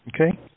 Okay